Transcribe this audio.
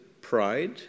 pride